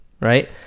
right